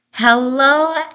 Hello